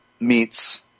meets